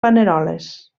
paneroles